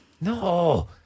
No